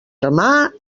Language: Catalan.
armar